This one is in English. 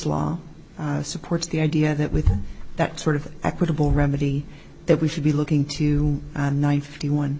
law supports the idea that with that sort of equitable remedy that we should be looking to a nine fifty one